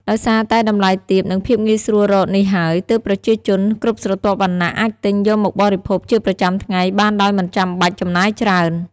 ដោយសារតែតម្លៃទាប និងភាពងាយស្រួលរកនេះហើយ ទើបប្រជាជនគ្រប់ស្រទាប់វណ្ណៈអាចទិញយកមកបរិភោគជាប្រចាំថ្ងៃបានដោយមិនចាំបាច់ចំណាយច្រើន។